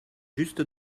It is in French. juste